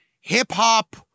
hip-hop